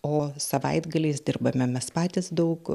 o savaitgaliais dirbame mes patys daug